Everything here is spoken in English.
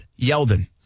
Yeldon